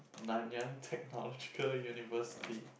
Nanyang-Technological-University